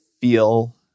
feel